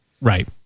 Right